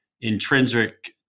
intrinsic